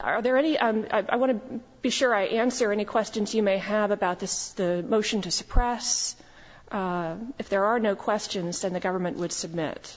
are there any i want to be sure i answer and questions you may have about this the motion to suppress if there are no questions then the government would submit